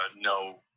no